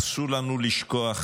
אסור לנו לשכוח,